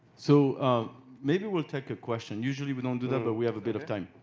so maybe we'll take a question, usually we don't do that, but we have a bit of time.